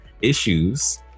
issues